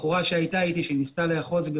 בחורה שהייתה אתי שניסתה לאחוז בי,